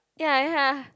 ya ya